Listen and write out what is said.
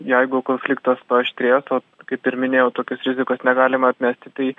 jeigu konfliktas paaštrėtų kaip ir minėjau tokios rizikos negalima atmesti tai